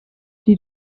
die